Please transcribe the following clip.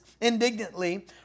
indignantly